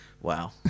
wow